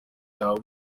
yawe